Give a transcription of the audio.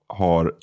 har